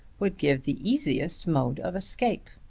would give the easiest mode of escape!